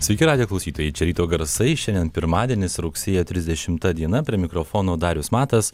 sveiki radijo klausytojai ryto garsai šiandien pirmadienis rugsėjo trisdešimta diena prie mikrofono darius matas